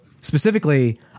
specifically